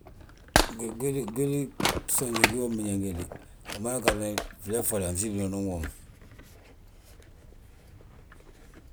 Gu- Gu- Gwili gsoonj giwomin biñaŋ ge dé, umada ggardena fleey ffoda fnsibili ma unan gwom.